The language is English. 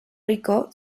rico